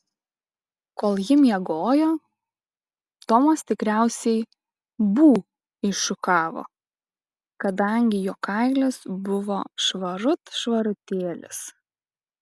kol ji miegojo tomas tikriausiai bū iššukavo kadangi jo kailis buvo švarut švarutėlis